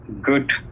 good